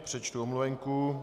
Přečtu omluvenku.